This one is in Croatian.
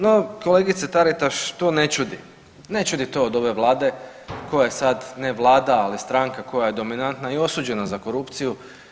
No kolegice Taritaš to ne čudi, ne čudi to od ove vlade koja je sad ne vlada, ali stranka koja je dominantna i osuđena za korupciju.